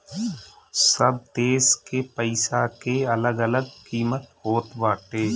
सब देस के पईसा के अलग अलग किमत होत बाटे